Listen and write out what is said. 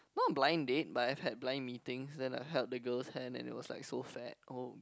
no blind date but I've had blind meetings then I held the girl's hand and it was like so fat oh